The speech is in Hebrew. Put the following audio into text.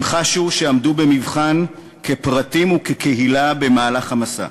הם חשו שעמדו במבחן כפרטים וכקהילה במהלך המסע.